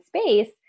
space